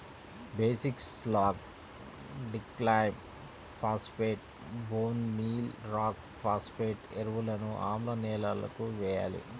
basic slag, డిక్లైమ్ phosphate, bone meal rock phosphate ఎరువులను ఆమ్ల నేలలకు వేయాలి